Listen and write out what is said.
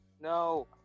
no